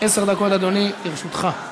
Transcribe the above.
עשר דקות, אדוני, לרשותך.